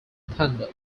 thunder